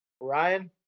Ryan